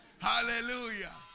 Hallelujah